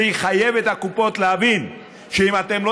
זה יחייב את הקופות להבין: אם אתן לא